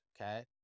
okay